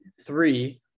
three